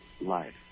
life